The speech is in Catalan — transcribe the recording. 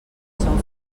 són